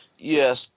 Yes